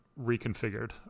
reconfigured